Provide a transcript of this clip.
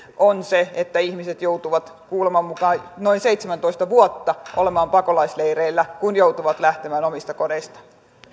on se että ihmiset joutuvat kuuleman mukaan noin seitsemäntoista vuotta olemaan pakolaisleireillä kun joutuvat lähtemään omista kodeistaan